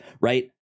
Right